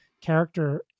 character